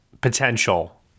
potential